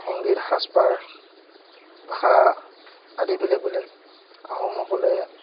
সংগীত সাজপাৰ ভাষা আদি বেলেগ বেলেগ আহোমসকলে